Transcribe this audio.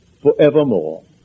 forevermore